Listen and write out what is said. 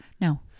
No